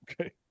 okay